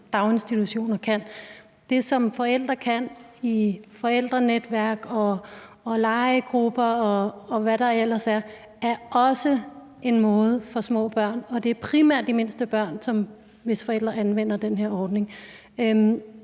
daginstitutioner kan. Det, som forældre kan i forældrenetværk, legegrupper, og hvad der ellers er, er også en måde for små børn, og det er primært de mindste børn, hvis forældre anvender den her ordning.